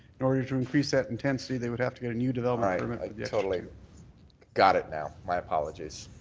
in order to increase that intensity they would have to get a new development permit. i totally got it now. my apologies.